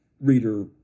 reader